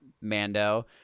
mando